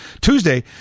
Tuesday